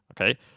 Okay